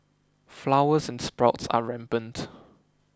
flowers and sprouts are rampant